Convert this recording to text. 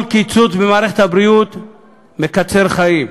כל קיצוץ במערכת הבריאות מקצר חיים.